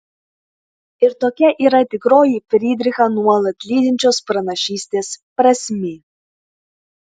ir tokia yra tikroji frydrichą nuolat lydinčios pranašystės prasmė